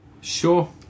Sure